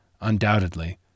undoubtedly